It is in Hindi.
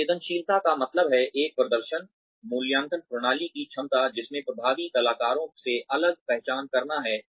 संवेदनशीलता का मतलब है एक प्रदर्शन मूल्यांकन प्रणाली की क्षमता जिसमें प्रभावी कलाकारों से अलग पहचान करना है